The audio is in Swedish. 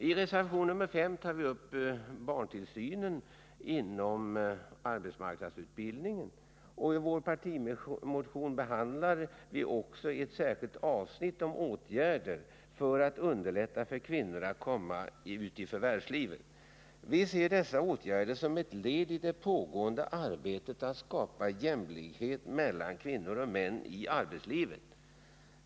I reservation nr 5 tar vi upp Barntillsyn inom arbetsmarknadsutbildningen, och i vår partimotion behandlar vi också ett särskilt avsnitt om åtgärder för att underlätta för kvinnor att komma ut i förvärvslivet. Vi ser dessa åtgärder som ett led i det pågående arbetet att skapa jämställdhet mellan kvinnor och män i arbetslivet.